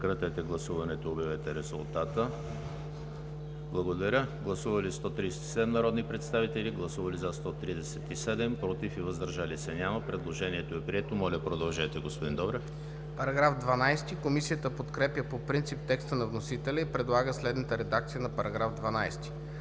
ДОБРЕВ: Комисията подкрепя по принцип текста на вносителя и предлага следната редакция на § 12: „§ 12.